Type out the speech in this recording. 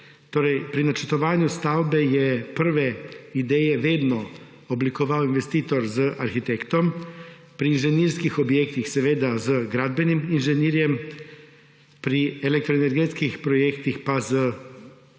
Torej, pri načrtovanju stavbe je prve ideje vedno oblikoval investitor z arhitektom, pri inženirskih objektih z gradbenim inženirjem, pri elektroenergetskih projektih pa z